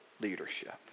leadership